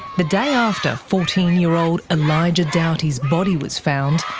the day after fourteen year old elijah doughty's body was found,